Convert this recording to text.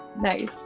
Nice